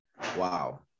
Wow